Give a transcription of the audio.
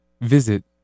visit